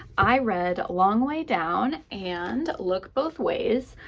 i read a long way down and look both ways.